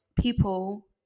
people